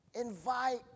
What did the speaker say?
Invite